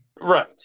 right